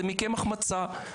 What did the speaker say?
זה מקמח מצה.